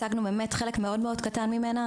הצגנו חלק מאוד קטן ממנה.